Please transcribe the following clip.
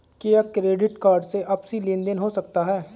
क्या credit card से आपसी लेनदेन हो सकता है?